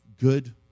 good